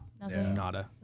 Nada